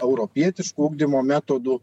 europietiškų ugdymo metodų